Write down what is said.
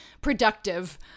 productive